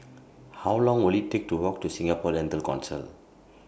How Long Will IT Take to Walk to Singapore Dental Council